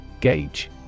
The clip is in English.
Gauge